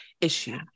issue